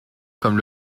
comme